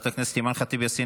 חברת הכנסת אימאן ח'טיב יאסין,